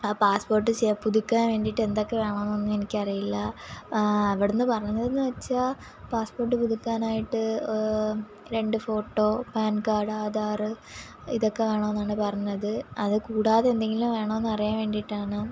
ആ പാസ്പോർട്ട് പുതുക്കാൻ വേണ്ടിയിട്ട് എന്തൊക്കെ വേണമെന്നൊന്നും എനിക്കറിയില്ല അവിടെ നിന്ന് പറഞ്ഞത് എന്ന് വെച്ചാൽ പാസ്പോർട്ട് പുതുക്കാനായിട്ട് രണ്ട് ഫോട്ടോ പാൻകാർഡ് ആധാറ് ഇതൊക്കെ വേണമെന്നാണ് പറഞ്ഞത് അത് കൂടാതെ എന്തെങ്കിലും വേണോ എന്നറിയാൻ വേണ്ടിയിട്ടാണ്